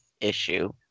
issue